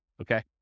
okay